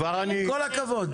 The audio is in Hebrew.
עם כל הכבוד.